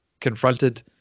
confronted